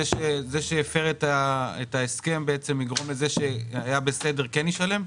זה שהפר את ההסכם יגרום לזה שהיה בסדר שהוא כן ישלם?